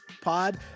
pod